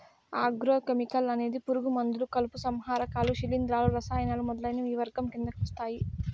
agro chemical అనేది పురుగు మందులు, కలుపు సంహారకాలు, శిలీంధ్రాలు, రసాయనాలు మొదలైనవి ఈ వర్గం కిందకి వస్తాయి